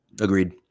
Agreed